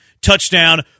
touchdown